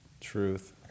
truth